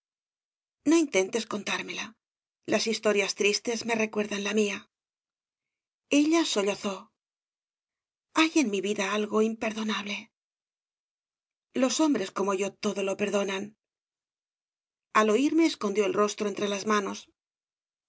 no intentes contármela las historias tristes me recuerdan la mía ella sollozó hay en mi vida algo imperdonable los hombres como yo todo lo perdonan al oirme escondió el rostro entre las manos